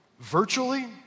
virtually